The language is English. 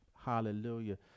hallelujah